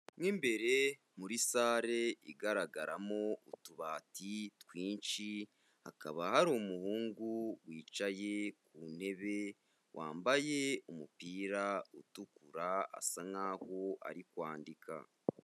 Mo imbere muri salle igaragaramo utubati twinshi, hakaba hari umuhungu wicaye ku ntebe wambaye umupira utukura asa nkaho ari kwandika.